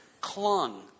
clung